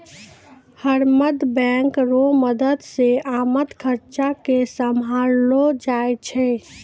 हरदम बैंक रो मदद से आमद खर्चा के सम्हारलो जाय छै